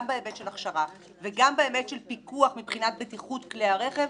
גם בהיבט של הכשרה וגם בהיבט של פיקוח מבחינת בטיחות כלי הרכב,